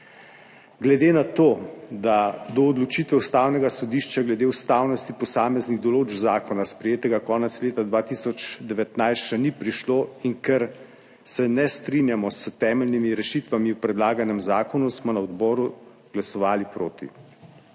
Glede na to, da do odločitev Ustavnega sodišča glede ustavnosti posameznih določb zakona, sprejetega konec leta 2019, še ni prišlo in ker se ne strinjamo s temeljnimi rešitvami v predlaganem zakonu, smo na odboru glasovali proti.